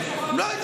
לא?